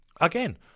Again